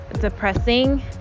depressing